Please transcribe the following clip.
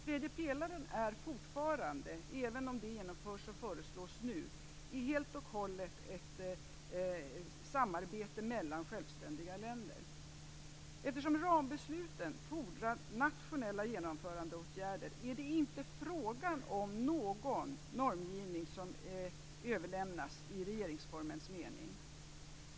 Även om det som nu föreslås genomförs, är tredje pelaren fortfarande helt och hållet ett samarbete mellan självständiga länder. Eftersom rambesluten fordrar nationella genomförandeåtgärder är det enligt regeringsformens mening inte fråga om någon normgivning som överlämnas.